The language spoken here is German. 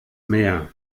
mehr